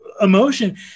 emotion